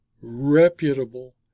reputable